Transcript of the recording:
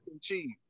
cheese